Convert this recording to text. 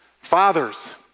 Fathers